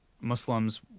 Muslims